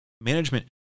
management